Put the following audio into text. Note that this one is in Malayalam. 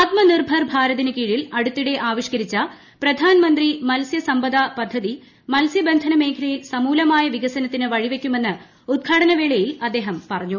ആത്മനിർഭർ ഭാരതിന് കീഴിൽ അടുത്തിടെ ആവിഷ്കരിച്ച പ്രധാന മന്ത്രി മത്സ്യ സമ്പദാ പദ്ധതി മത്സ്യബന്ധന മ്മേഖ്ലയിൽ സമൂലമായ വികസനത്തിന് വഴിവെക്കുമെന്ന് കൃദ്ഘാടനവേളയിൽ അദ്ദേഹം പറഞ്ഞു